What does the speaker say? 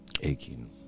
Aching